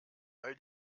all